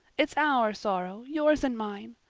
it's our sorrow yours and mine.